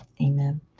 Amen